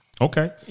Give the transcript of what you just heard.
Okay